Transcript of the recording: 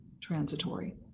transitory